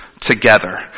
together